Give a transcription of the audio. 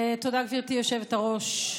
תודה, גברתי היושבת-ראש.